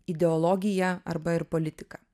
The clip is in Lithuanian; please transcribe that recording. ideologiją arba ir politiką